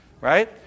right